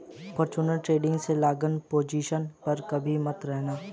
futures trading में long position पर कभी मत रहना